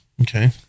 Okay